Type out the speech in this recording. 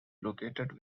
located